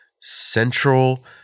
Central